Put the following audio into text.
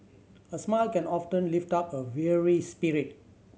a smile can often lift up a weary spirit